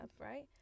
right